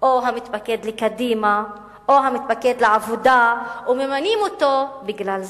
או המתפקד לקדימה או המתפקד לעבודה וממנים אותו בגלל זה,